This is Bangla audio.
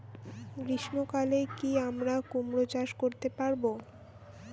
গ্রীষ্ম কালে কি আমরা কুমরো চাষ করতে পারবো?